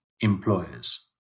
employers